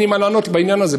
אין לי מה לענות בעניין הזה.